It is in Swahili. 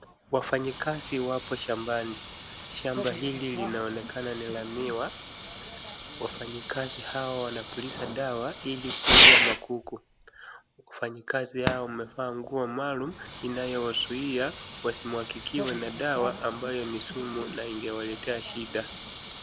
Wafanyikazi wapo shambani. Shamba hili linaonekana ni la miwa. Wafanyikazi hawa wanapuliza dawa ili kuua magugu. Wafanyikazi hawa wamevaa nguo maalum inayozuia wasimwagikiwe na dawa ambayo ni sumu na ingewaletea shida.